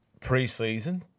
preseason